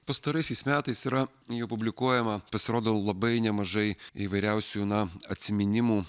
pastaraisiais metais yra jau publikuojama pasirodo labai nemažai įvairiausių na atsiminimų